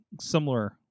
similar